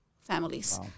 families